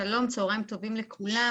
שלום, צהריים טובים לכולם.